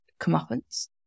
comeuppance